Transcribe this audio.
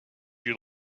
you